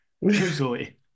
usually